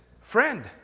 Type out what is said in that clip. friend